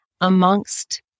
amongst